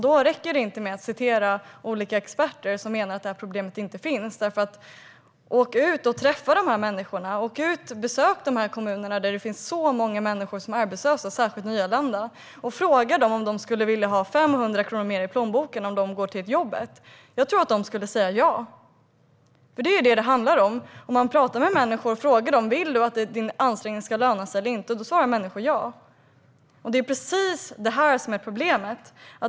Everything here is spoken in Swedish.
Då räcker det inte med att citera olika experter som menar att detta problem inte finns. Åk ut och träffa dessa människor! Åk ut och besök dessa kommuner, där det finns många människor som är arbetslösa - särskilt nyanlända - och fråga dem om de skulle vilja ha 500 kronor mer i plånboken om de gick till ett jobb. Jag tror att de skulle säga ja, för det är detta som det handlar om. Om man pratar med människor och frågar dem om de vill att deras ansträngning ska löna sig eller inte svarar människor: Ja! Det är precis detta som är problemet.